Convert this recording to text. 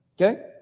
Okay